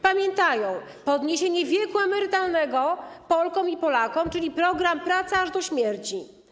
Pamiętają podniesienie wieku emerytalnego Polkom i Polakom, czyli program: praca aż do śmierci.